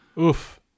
oof